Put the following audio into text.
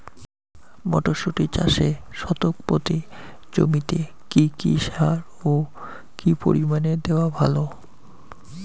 মটরশুটি চাষে শতক প্রতি জমিতে কী কী সার ও কী পরিমাণে দেওয়া ভালো?